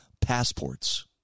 passports